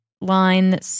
line